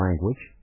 language